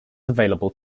available